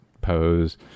pose